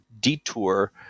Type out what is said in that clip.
detour